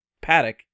paddock